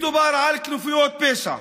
מדובר על כנופיות פשע,